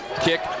kick